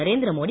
Narendra Modi